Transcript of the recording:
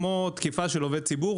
כמו תקיפה של עובד ציבור,